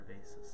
basis